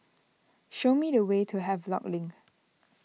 show me the way to Havelock Link